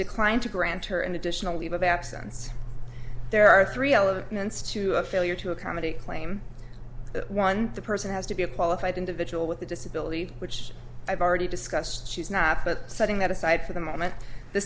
declined to grant her an additional leave of absence there are three elements to a failure to accommodate claim that one person has to be a qualified individual with a disability which i've already discussed she's not but setting that aside for the moment the